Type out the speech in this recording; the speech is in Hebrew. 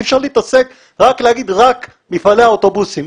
אי אפשר לומר רק מפעלי האוטובוסים.